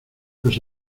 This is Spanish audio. nos